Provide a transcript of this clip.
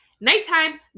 nighttime